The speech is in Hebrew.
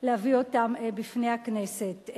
להביא אותם בפני הכנסת.